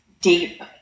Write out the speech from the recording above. deep